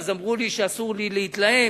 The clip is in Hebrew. אז אמרו לי שאסור לי להתלהם.